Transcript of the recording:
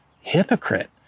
Hypocrite